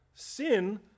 Sin